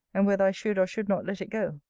and whether i should or should not let it go.